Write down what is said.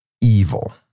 evil